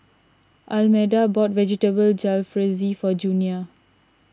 Almeda bought Vegetable Jalfrezi for Junia